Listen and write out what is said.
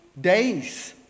days